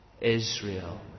Israel